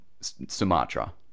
Sumatra